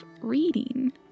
reading